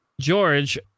George